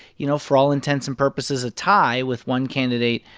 you know, for all intents and purposes, a tie, with one candidate,